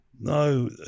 No